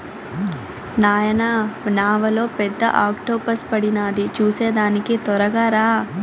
నాయనా నావలో పెద్ద ఆక్టోపస్ పడినాది చూసేదానికి తొరగా రా